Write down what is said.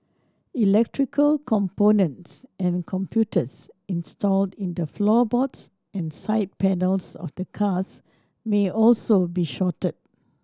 electrical components and computers installed in the floorboards and side panels of the cars may also be shorted